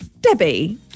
Debbie